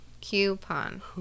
Coupon